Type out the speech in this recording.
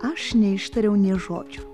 aš neištariau nė žodžio